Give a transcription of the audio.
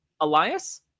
Elias